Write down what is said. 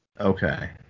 Okay